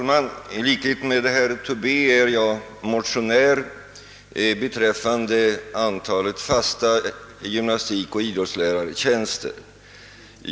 Herr talman! I likhet med herr Tobé är jag motionär i fråga om antalet fasta gymnastikoch idrottslärartjänster.